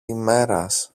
ημέρας